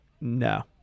no